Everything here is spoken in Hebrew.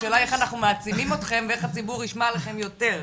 השאלה היא איך אנחנו מעצימים אותכם ואיך הציבור ישמע עליכם יותר?